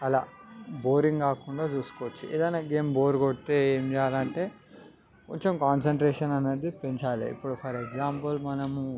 అలా బోరింగ్ కాకుండా చూసుకోవచ్చు ఏదైనా గేమ్ బోర్ కొడితే ఏం చెయ్యాలంటే కొంచెం కాన్సన్ట్రేషన్ అనేది పెంచాలి ఇప్పుడు ఫర్ ఎగ్జాంపుల్ మనము